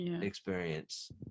experience